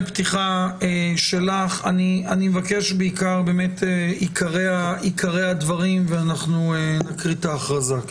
אני מבקש את עיקרי הדברים ואנחנו נקריא את ההכרזה.